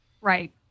Right